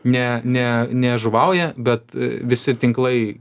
ne ne nežuvauja bet visi tinklai